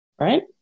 right